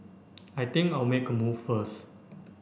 I think I'll make a move first